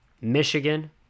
Michigan